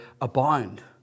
abound